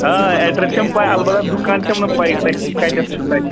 آ ایٚڈرس چھَم پاے البتہ دُکان چھَم نہٕ پاے تُہۍ کَتیٚتھ چھو تتہ